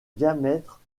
diamètre